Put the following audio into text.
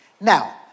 Now